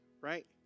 right